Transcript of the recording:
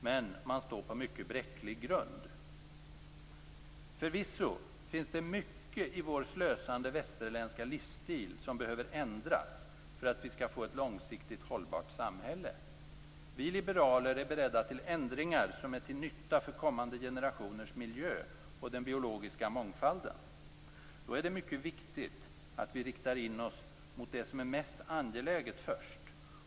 Men man står på mycket bräcklig grund. Förvisso finns det mycket i vår slösande västerländska livsstil som behöver ändras för att vi skall få ett långsiktigt hållbart samhälle. Vi liberaler är bredda till ändringar som är till nytta för kommande generationers miljö och den biologiska mångfalden. Då är det mycket viktigt att vi riktar in oss mot det som är mest angeläget först.